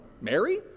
Mary